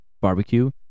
barbecue